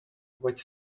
quite